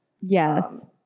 Yes